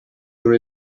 your